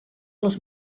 les